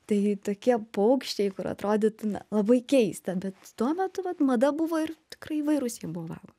tai tokie paukščiai kur atrodytų na labai keista bet tuo metu vat mada buvo ir tikrai įvairūs jie buvo valgo